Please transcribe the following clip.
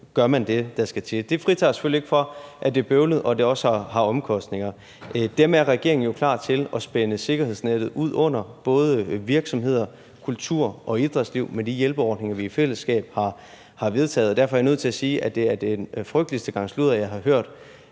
gør det, der skal til. Det fritager os selvfølgelig ikke for, at det er bøvlet, og at det også har omkostninger, og dermed er regeringen jo klar til at spænde sikkerhedsnettet ud under både virksomheder, kultur- og idrætsliv med de hjælpeordninger, vi i fællesskab har vedtaget, og derfor er jeg nødt til at sige, at det er den frygteligste gang sludder, jeg har hørt,